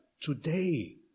today